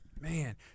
Man